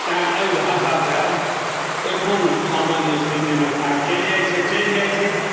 तैँ एहि भाषासँ अखन सामान्य स्थितिमे काज चलि जाइत छै चलि जाइत छै